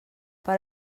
per